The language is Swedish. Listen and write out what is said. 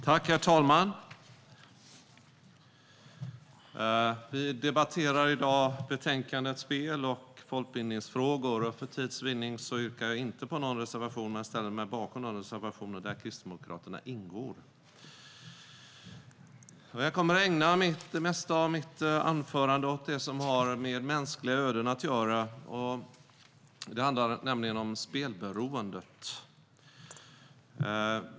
Spel och folk-bildningsfrågor Herr talman! Vi debatterar i dag betänkandet Spel och folkbildningsfrågor . För tids vinnande yrkar jag inte bifall till någon reservation, men jag står bakom de reservationer där Kristdemokraterna ingår. Jag kommer att ägna det mesta av mitt anförande åt det som har med mänskliga öden att göra, nämligen spelberoendet.